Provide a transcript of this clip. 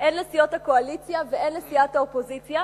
הן לסיעות הקואליציה והן לסיעות האופוזיציה,